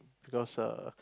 because err